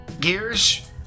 Gears